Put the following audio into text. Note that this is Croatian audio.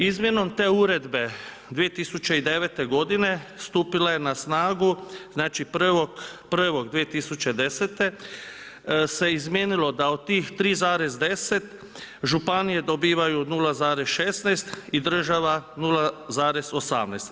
Izmjenom te uredbe 2009. godine stupila je na snagu znači 1.1.2010. se izmijenilo da od tih 3,10, županije dobivaju 0,16 i država 0,18.